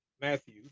Matthew